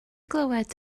glywed